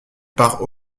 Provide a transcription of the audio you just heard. par